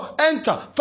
enter